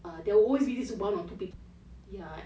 err there will always be this one or two people who never wakes up